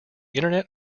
internet